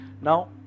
now